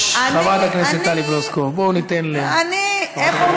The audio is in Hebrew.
אז אל תיתני ציונים.